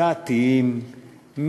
דתיים,